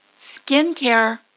Skincare